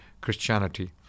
Christianity